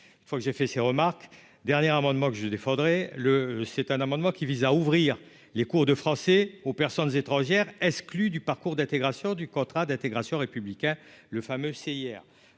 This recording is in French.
il faut que j'ai fait ces remarques dernière amendements que je défendrai le c'est un amendement qui vise à ouvrir les cours de français aux personnes étrangères exclu du parcours d'intégration du contrat d'intégration républicain, le fameux CIR,